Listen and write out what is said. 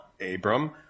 Abram